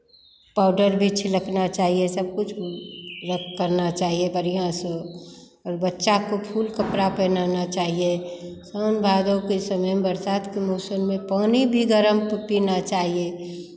powder भी छिड़कना चाहिए सब कुछ करना चाहिए बढ़ियाँ से और बच्चा को फुल कपड़ा पहनाना चाहिए सावन भादो के समय में बरसात के मौसम में पानी भी गरम पीना चाहिए